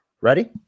Ready